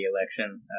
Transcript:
election